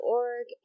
org